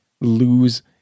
lose